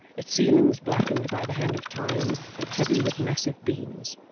its ceilings blackened by the hand of time, and heavy with massive beams.